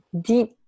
deep